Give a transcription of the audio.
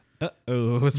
Uh-oh